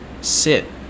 sit